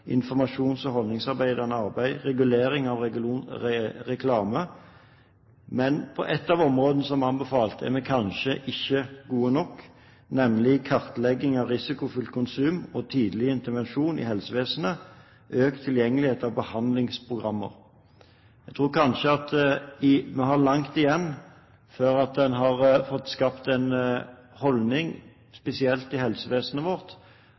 informasjons- og holdningsskapende arbeid, regulering av reklame. Men på ett av de områdene som er anbefalt, er vi kanskje ikke gode nok, nemlig kartlegging av risikofylt konsum og tidlig intervensjon i helsevesenet, økt tilgjengelighet av behandlingsprogrammer. Jeg tror kanskje at vi har langt igjen før en har fått skapt en holdning, spesielt i helsevesenet vårt,